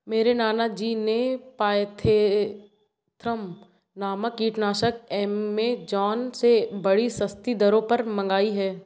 मेरे नाना जी ने पायरेथ्रम नामक कीटनाशक एमेजॉन से बड़ी सस्ती दरों पर मंगाई है